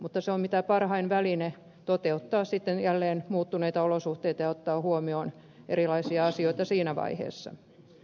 mutta se on mitä parhain väline toteuttaa sitten jälleen muuttuneita olosuhteita ja ottaa huomioon erilaisia asioita siinä vaiheessa